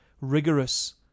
rigorous